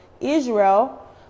Israel